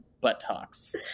buttocks